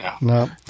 No